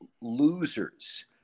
losers